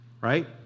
right